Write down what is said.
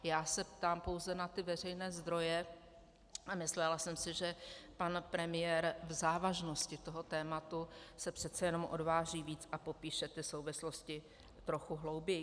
Já se ptám pouze na ty veřejné zdroje a myslela jsem si, že pan premiér v závažnosti toho tématu se přece jenom odváží víc a popíše ty souvislosti trochu hlouběji.